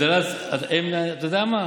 אתה יודע מה,